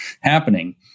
happening